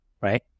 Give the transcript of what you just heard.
right